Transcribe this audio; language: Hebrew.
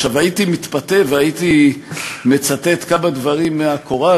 הייתי מתפתה והייתי מצטט כמה דברים מהקוראן,